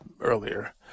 earlier